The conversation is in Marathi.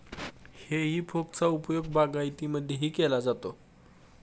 हेई फोकचा उपयोग बागायतीमध्येही केला जातो